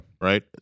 Right